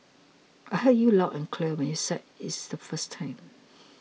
I heard you loud and clear when you said it's the first time